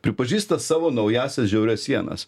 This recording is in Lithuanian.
pripažįsta savo naująsias žiaurias sienas